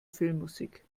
filmmusik